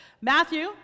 Matthew